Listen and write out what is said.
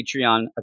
Patreon